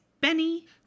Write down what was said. benny